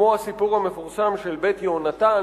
כמו הסיפור המפורסם של "בית יהונתן",